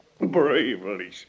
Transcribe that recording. Bravely